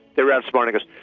they're outsmarting us.